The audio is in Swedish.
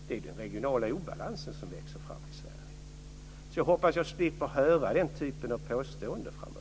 Det är den regionala obalansen som växer fram i Sverige. Jag hoppas att jag slipper höra den typen av påstående framöver.